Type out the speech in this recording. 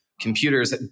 computers